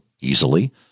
easily